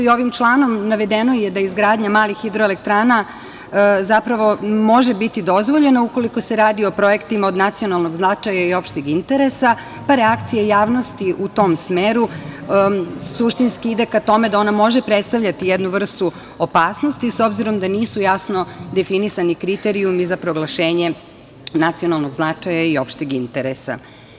Ovim članom navedeno je da izgradnja malih hidroelektrana može biti dozvoljena ukoliko se radi o projektima od nacionalnog značaja i opšteg interesa, pa reakcija javnosti u tom smeru suštinski ide ka tome da ona može predstavljati jednu vrstu opasnosti, s obzirom da nisu jasno definisani kriterijumi za proglašenje nacionalnog značaja i opšteg interesa.